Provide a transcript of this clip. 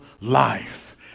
life